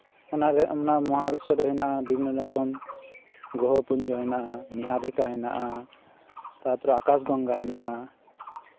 ᱚᱱᱟᱨᱮ ᱚᱱᱟ ᱢᱚᱦᱟ ᱵᱤᱥᱥᱚ ᱫᱚ ᱦᱮᱱᱟᱜᱼᱟ ᱵᱤᱵᱷᱤᱱᱱᱚ ᱨᱚᱠᱚᱢ ᱜᱨᱚᱦᱚᱯᱩᱧᱡᱚ ᱦᱮᱱᱟᱜᱼᱟ ᱱᱤᱦᱟᱨᱤᱠᱟ ᱦᱮᱱᱟᱜᱼᱟ ᱛᱟᱨᱯᱚᱨᱮ ᱟᱠᱟᱥ ᱜᱚᱝᱜᱚ ᱦᱮᱱᱟᱜᱼᱟ